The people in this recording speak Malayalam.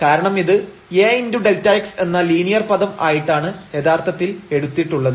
കാരണം ഇത് A Δx എന്ന ലീനിയർ പദം ആയിട്ടാണ് യഥാർത്ഥത്തിൽ എടുത്തിട്ടുള്ളത്